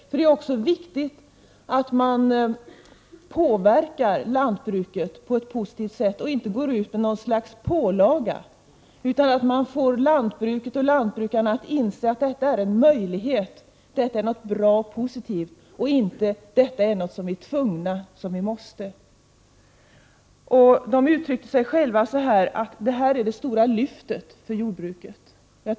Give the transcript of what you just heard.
Det är ju också viktigt att man påverkar lantbruket på ett positivt sätt och inte går ut med något slags pålaga utan att lantbruket och lantbrukarna själva inser att detta är en möjlighet, något bra och positivt. De skall inte tycka att detta är något som de är tvungna att göra. De uttryckte själva att detta är det stora lyftet för jordbruket.